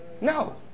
No